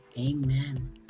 Amen